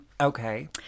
Okay